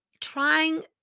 trying